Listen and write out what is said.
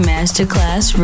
Masterclass